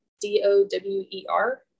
d-o-w-e-r